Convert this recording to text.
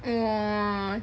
!wah!